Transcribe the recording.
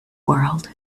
world